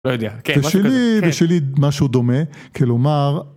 לא יודע. ושלי משהו דומה, כלומר.